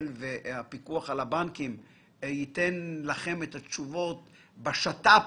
והפיקוח על הבנקים ייתן לכם את התשובות בשת"פ.